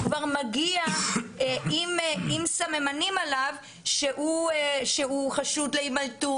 כבר מגיע עם סממנים עליו שהוא חשוד להימלטות